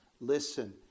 Listen